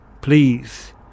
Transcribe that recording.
please